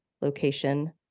location